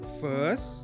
First